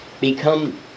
become